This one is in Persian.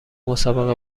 مسابقه